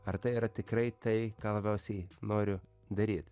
ar tai yra tikrai tai ką labiausiai noriu daryt